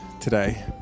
today